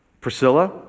Priscilla